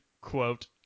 quote